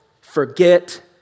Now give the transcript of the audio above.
forget